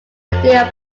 ideal